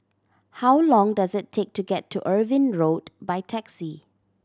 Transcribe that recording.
how long does it take to get to Irving Road by taxi